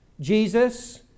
Jesus